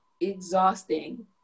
exhausting